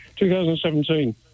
2017